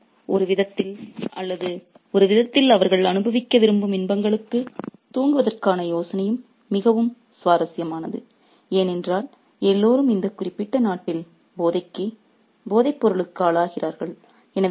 எல்லோரும் ஒரு விதத்தில் அல்லது ஒரு விதத்தில் அவர்கள் அனுபவிக்க விரும்பும் இன்பங்களுக்கு தூங்குவதற்கான யோசனையும் மிகவும் சுவாரஸ்யமானது ஏனென்றால் எல்லோரும் இந்த குறிப்பிட்ட நாட்டில் போதைப்பொருளுக்கு ஆளாகிறார்கள்